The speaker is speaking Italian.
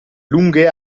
lunghe